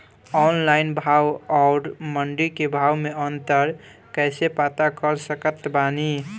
Online भाव आउर मंडी के भाव मे अंतर कैसे पता कर सकत बानी?